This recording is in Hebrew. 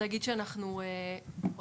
החיסון פחות עוזר לנו מהדבקה,